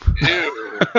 Ew